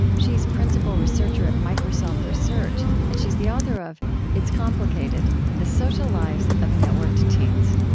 she is principal researcher at microsoft research, and she's the author of it's complicated the social lives of networked teens